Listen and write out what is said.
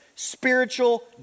Spiritual